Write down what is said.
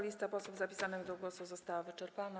Lista posłów zapisanych do głosu została wyczerpana.